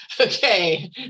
okay